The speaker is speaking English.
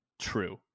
true